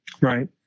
right